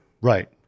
Right